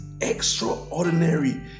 extraordinary